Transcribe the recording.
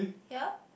here